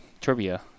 trivia